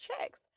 checks